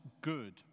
good